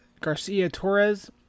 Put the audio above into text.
Garcia-Torres